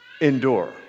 endure